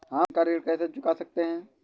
हम बैंक का ऋण कैसे चुका सकते हैं?